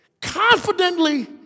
Confidently